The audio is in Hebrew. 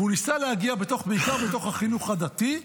והוא ניסה להגיע, בעיקר בתוך החינוך הדתי,